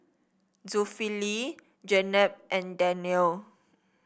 Zulkifli Jenab and Danial